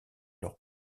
leurs